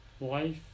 life